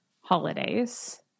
holidays